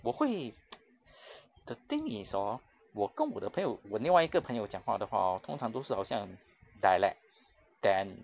我会 the thing is hor 我跟我的朋友我另外一个朋友讲话的话 hor 通常都是好像 dialect then